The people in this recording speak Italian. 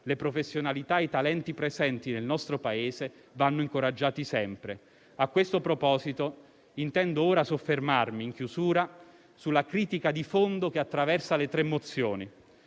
le professionalità e i talenti presenti nel nostro Paese vanno incoraggiati sempre. A questo proposito, intendo ora soffermarmi, in chiusura, sulla critica di fondo che attraversa le tre mozioni.